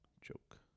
joke